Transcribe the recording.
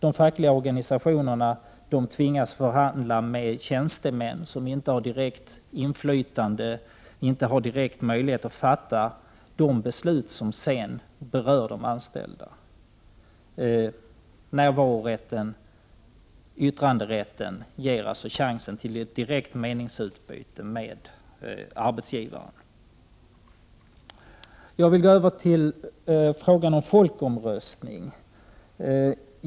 De fackliga organisationerna tvingas förhandla med tjänstemän som inte har direkt inflytande och som inte har direkt möjlighet att fatta de beslut som sedan berör de anställda. Närvarorätten och yttranderätten ger de anställda chansen till ett direkt meningsutbyte med arbetsgivaren. Jag vill gå över till frågan om kommunala folkomröstningar.